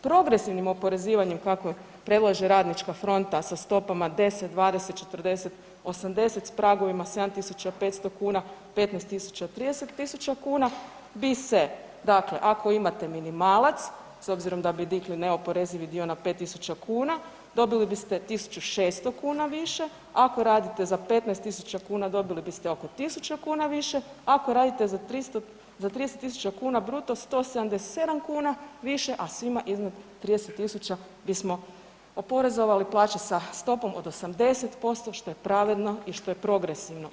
Progresivnim oporezivanjem kakvo predlaže Radnička fronta sa stopama 10, 20, 40, 80 s pragovima 7.500 kuna, 15.000, 30.000 kuna bi se dakle ako imate minimalac s obzirom da bi digli neoporezivi dio na 5.000 kuna dobili biste 1.600 kuna više, ako radite za 15.000 kuna dobili biste oko 1.000 kuna više, ako radite za 30.000 kuna bruto 177 kuna više, a svima iznad 30.000 bismo oporezovali plaće sa stopom od 80%, što je pravedno i što je progresivno.